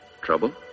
trouble